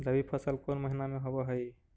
रबी फसल कोन महिना में होब हई?